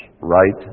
right